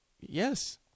Yes